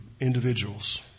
individuals